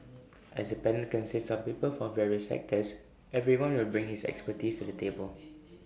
as the panel consists of people from various sectors everyone will bring his expertise to the table